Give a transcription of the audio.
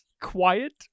quiet